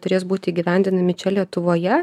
turės būt įgyvendinami čia lietuvoje